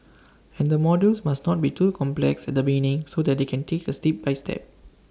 and the modules must not be too complex at the beginning so they can take IT A step by step